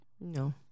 No